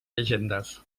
llegendes